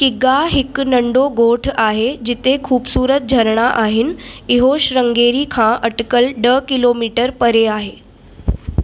किग्गा हिकु नंढो ॻोठु आहे जिते ख़ूबुसूरत झरणा आहिनि इहो श्रृँगेरी खां अटिकलु ॾह किलोमीटर परे आहे